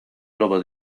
globo